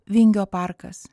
vingio parkas